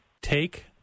take